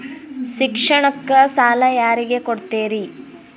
ಶಿಕ್ಷಣಕ್ಕ ಸಾಲ ಯಾರಿಗೆ ಕೊಡ್ತೇರಿ?